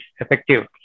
effective